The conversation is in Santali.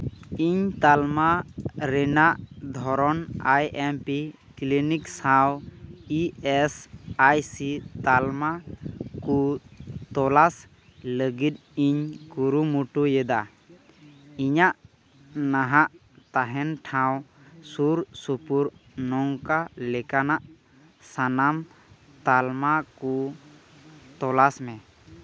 ᱤᱧ ᱛᱟᱞᱢᱟ ᱨᱮᱭᱟᱜ ᱫᱷᱚᱨᱚᱱ ᱟᱭ ᱮᱢ ᱯᱤ ᱠᱞᱤᱱᱤᱠ ᱥᱟᱶ ᱤ ᱮᱥ ᱟᱭ ᱥᱤ ᱛᱟᱞᱢᱟ ᱠᱚ ᱛᱚᱞᱟᱥ ᱞᱟᱹᱜᱤᱫ ᱤᱧ ᱠᱩᱨᱩᱢᱩᱴᱩᱭᱮᱫᱟ ᱤᱧᱟᱹᱜ ᱱᱟᱦᱟᱜ ᱛᱟᱦᱮᱱ ᱴᱷᱟᱶ ᱥᱩᱨᱼᱥᱩᱯᱩᱨ ᱱᱚᱝᱠᱟ ᱞᱮᱠᱟᱱᱟᱜ ᱥᱟᱱᱟᱢ ᱛᱟᱞᱢᱟ ᱠᱚ ᱛᱚᱞᱟᱥ ᱢᱮ